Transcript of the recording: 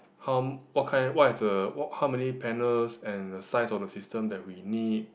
how m~ what kind what is the how many panels and the size of the system that we need